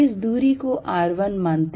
इस दूरी को r1 मानते हैं